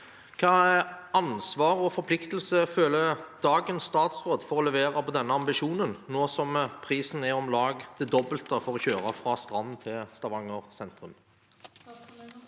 Hvilket ansvar og forpliktelse føler dagens statsråd for å levere på denne ambisjonen, nå som prisen er om lag det dobbelte for å kjøre fra Strand til Stavanger sentrum?»